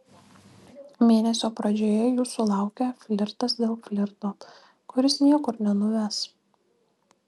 mėnesio pradžioje jūsų laukia flirtas dėl flirto kuris niekur nenuves